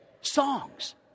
Songs